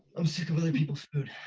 of sort of other people's food.